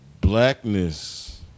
Blackness